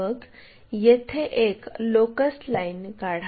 मग येथे एक लोकस लाईन काढा